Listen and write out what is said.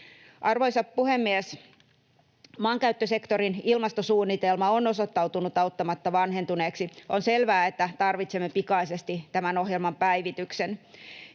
Arvoisa puhemies! Maankäyttösektorin ilmastosuunnitelma on osoittautunut auttamatta vanhentuneeksi. On selvää, että tarvitsemme pikaisesti tämän ohjelman päivityksen.